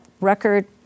record